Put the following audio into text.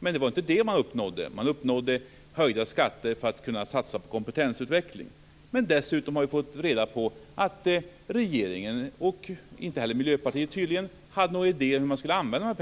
Men det var inte det som man uppnådde, utan man uppnådde höjda skatter för att kunna satsa på kompetensutveckling. Dessutom har vi fått reda på att regeringen, och tydligen inte heller Miljöpartiet, inte hade några idéer om hur pengarna skulle användas